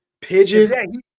Pigeon